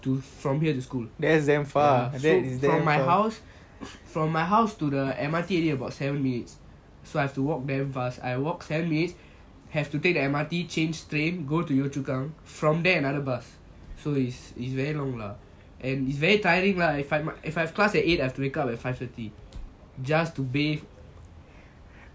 from here to school from my house from my house to the M_R_T already about seven minutes so I have to walk damn fast I walked have to take the M_R_T change train from there I have to go to yio chu kang so is very long lah and it's very tiring lah if if I have class at eight I have to wake up at five thirty just to bathe